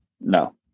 No